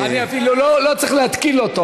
אני אפילו לא צריך להתקיל אותו.